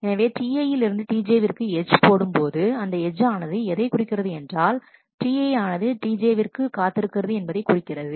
எனவே Ti யிலிருந்து Tj விற்கு எட்ஜ் போடும்போது அந்த எட்ஜ் ஆனது எதை குறிக்கிறது என்றால் Ti ஆனது Tj விற்கு காத்திருக்கிறது என்பதை குறிக்கிறது